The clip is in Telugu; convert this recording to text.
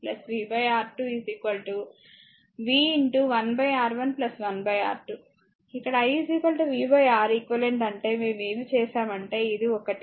ఇక్కడ i v R eq అంటే మేము ఏమి చేశామంటే ఇది ఒకటి